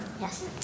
Yes